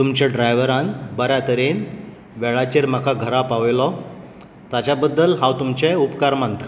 तुमच्या ड्रायव्हरान बऱ्या तरेन वेळाचेर म्हाका घरां पावयलो ताच्या बद्दल हांव तुमचें उपकार मानतां